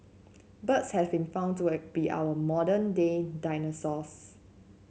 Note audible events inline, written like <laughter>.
birds have been found to <unintelligible> be our modern day dinosaurs